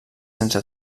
sense